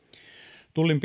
tullin